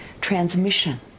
transmission